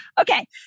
Okay